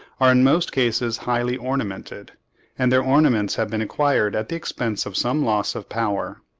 are in most cases highly ornamented and their ornaments have been acquired at the expense of some loss of power.